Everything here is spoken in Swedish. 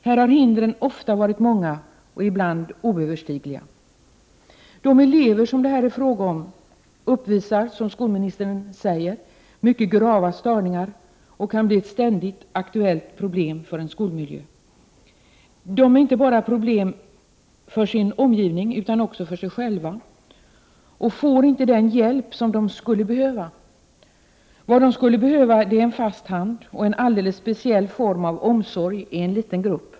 Här har hindren ofta varit många och ibland oöverstigliga. De elever som det är fråga om uppvisar, som skolministern säger, mycket grava störningar och kan bli ett ständigt aktuellt problem för en skolmiljö. De utgör inte bara ett problem för sin omgivning, utan också för sig själva. De får inte den hjälp som de skulle behöva. De skulle behöva en fast hand och en alldeles speciell form av omsorg en liten grupp.